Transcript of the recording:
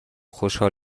خوشحال